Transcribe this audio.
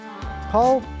Paul